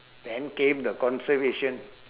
then came the conservation